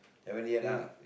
haven't yet lah